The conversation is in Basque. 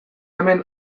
hemen